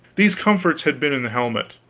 these comforts had been in the helmet,